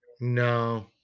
no